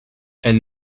elle